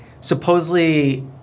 supposedly